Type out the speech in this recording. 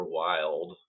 wild